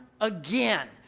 again